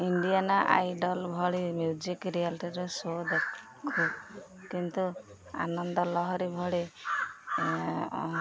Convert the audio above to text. Indian Idol ଭଳି music ରିଆାଲିଟିର show ଦେଖୁ କିନ୍ତୁ ଆନନ୍ଦ ଲହରୀ ଭଳି